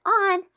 on